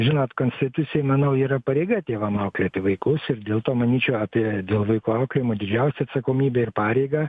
žinot konstitucijoj manau yra pareiga tėvam auklėti vaikus ir dėl to manyčiau apie dėl vaiko auklėjimo didžiausią atsakomybę ir pareigą